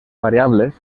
variables